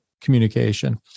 communication